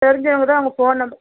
தெரிஞ்சவங்க தான் உங்கள் ஃபோன் நம்பர்